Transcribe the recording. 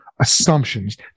assumptions